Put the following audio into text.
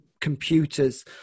computers